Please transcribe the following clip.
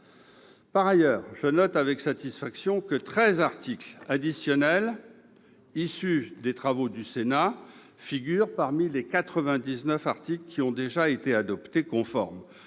Par ailleurs, je note avec satisfaction que treize articles additionnels issus des travaux du Sénat figurent parmi les quatre-vingt-dix-neuf articles qui ont déjà été adoptés conformes.